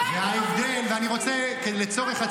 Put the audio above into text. אחרי זה אתם אומרים שופטים --- את עצמם -- אין רוב לנבחרי הציבור,